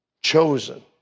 chosen